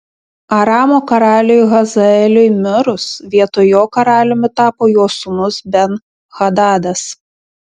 aramo karaliui hazaeliui mirus vietoj jo karaliumi tapo jo sūnus ben hadadas